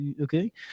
Okay